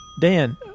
Dan